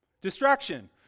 Distraction